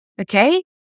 okay